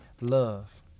Love